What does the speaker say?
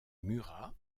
murat